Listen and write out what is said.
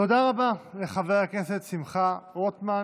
תודה רבה לחבר הכנסת שמחה רוטמן.